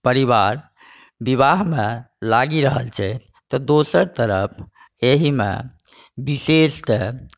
परिवार विवाहमे लागि रहल छै तऽ दोसर तरफ एहिमे विशेष कऽ